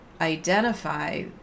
identify